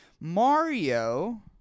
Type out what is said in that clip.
Mario